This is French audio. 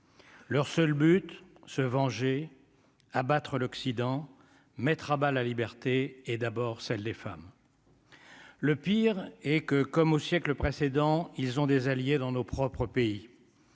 leur seul but : se venger abattre l'Occident, mettre à bas la liberté, et d'abord celle des femmes. Le pire est que, comme aux siècles précédents, ils ont des alliés dans nos propres pays